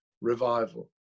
revival